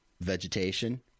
vegetation